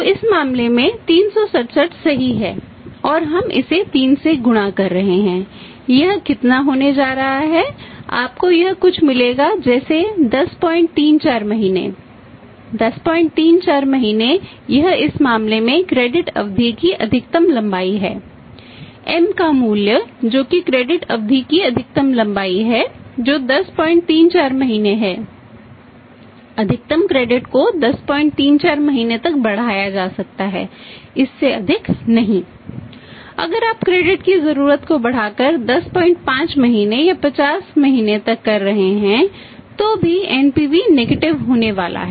तो इस मामले में 367 सही है और हम इसे 3 से गुणा कर रहे हैं यह कितना होने जा रहा है आपको यह कुछ मिलेगा जैसे 1034 महीने 1034 महीने यह इस मामले में क्रेडिट होने वाला है